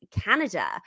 Canada